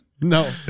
No